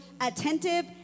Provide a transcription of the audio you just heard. attentive